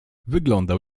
wyglądał